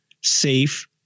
safe